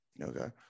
Okay